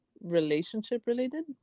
relationship-related